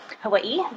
Hawaii